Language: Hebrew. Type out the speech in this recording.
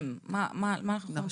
על מה אנחנו מדברות?